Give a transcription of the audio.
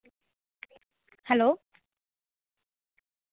hello